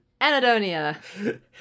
Anadonia